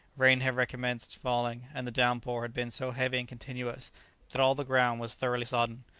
rain had recommenced falling, and the downpour had been so heavy and continuous that all the ground was thoroughly sodden.